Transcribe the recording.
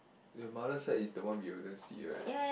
your mother side is the one we wouldn't see right